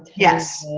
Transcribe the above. yes.